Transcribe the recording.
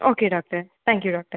okay doctor thank you doctor